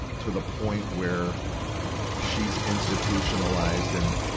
to the point where she's institutionalized and,